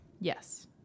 Yes